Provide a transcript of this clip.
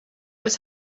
was